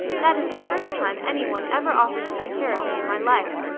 that is the first time any one ever offered to take care of me in my life.